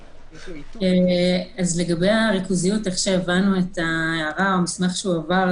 איך שהבנו את ההערה והמסמך שהועבר,